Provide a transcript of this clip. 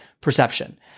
perception